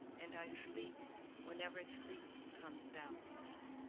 and i sleep whenever sleep comes down on me.